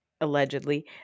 Allegedly